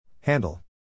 Handle